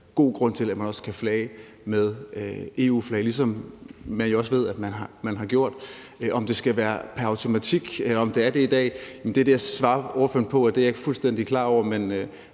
god mening, at man også kan flage med EU-flag, ligesom vi jo også ved at man har gjort. Om det foregår pr. automatik i dag, er det, jeg svarer ordføreren på, når jeg siger, at det er jeg ikke fuldstændig klar over. Men